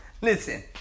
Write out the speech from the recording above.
Listen